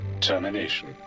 Termination